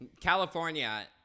California